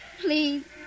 Please